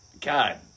God